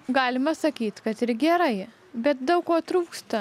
galima sakyti kad ir gerai bet daug ko trūksta